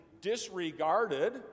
disregarded